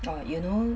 !wah! you know